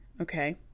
Okay